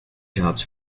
jobs